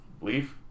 leave